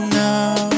now